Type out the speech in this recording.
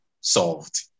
solved